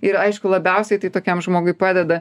ir aišku labiausiai tai tokiam žmogui padeda